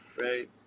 Right